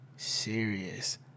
Serious